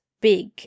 big